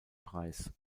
preis